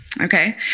Okay